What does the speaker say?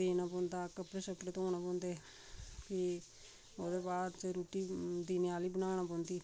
देना पौंदा कपड़े छपड़े धोना पौंदे फ्ही ओह्दे बाद च रुट्टी दिनै आह्ली बनानी पौंदी